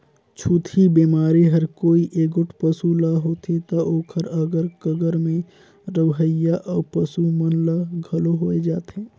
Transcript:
छूतही बेमारी हर कोई एगोट पसू ल होथे त ओखर अगर कगर में रहोइया अउ पसू मन ल घलो होय जाथे